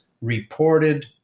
reported